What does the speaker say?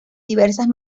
diversas